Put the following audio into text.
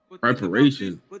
preparation